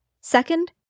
Second